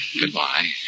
Goodbye